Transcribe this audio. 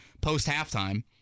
post-halftime